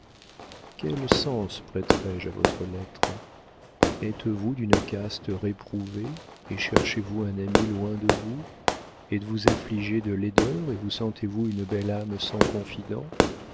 quel sens prêterai je à votre lettre êtes-vous d'une caste réprouvée et cherchez-vous un ami loin de vous êtes-vous affligée de laideur et vous sentez-vous une belle âme sans confident